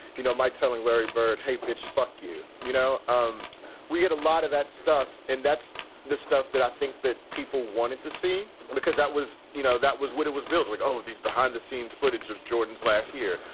you know, mike telling larry bird, hey, bitch, fuck you. you know, um we had a lot of that stuff. and that's the stuff that i think that people wanted to see because that was you know, that was what it was. bill's like, oh, these behind the scenes footage of jordan's last year.